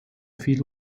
viele